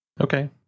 Okay